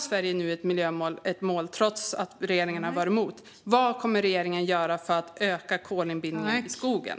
Sverige har nu ett miljömål, trots att regeringen har varit emot det. Vad kommer regeringen att göra för att öka kolinbindningen i skogen?